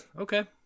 okay